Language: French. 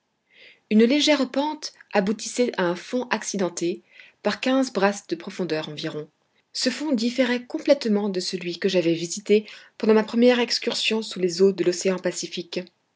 une légère pente aboutissait à un fond accidenté par quinze brasses de profondeur environ ce fond différait complètement de celui que j'avais visité pendant ma première excursion sous les eaux de l'océan pacifique